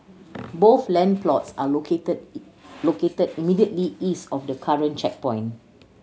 both land plots are located located immediately east of the current checkpoint